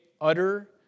utter